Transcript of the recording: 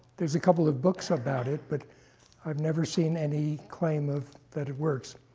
there's a couple of books about it. but i've never seen any claim of that it works.